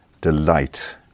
delight